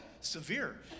severe